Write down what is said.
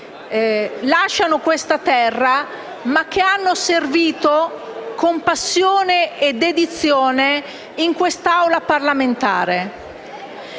lasciano questa terra e che hanno servito con passione e dedizione in questa Assemblea parlamentare,